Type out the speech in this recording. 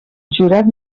jurat